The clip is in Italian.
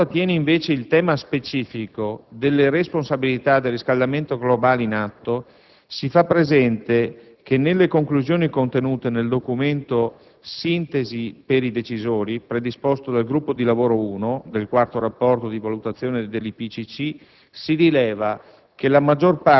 Per quanto attiene, invece, il tema specifico delle responsabilità del riscaldamento globale in atto, si fa presente che nelle conclusioni contenute nel documento "Sintesi per i decisori" predisposto dal gruppo di lavoro n. 1 del quarto rapporto di valutazione dell'IPCC, si rileva